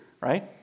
right